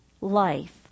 life